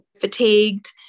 fatigued